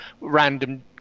random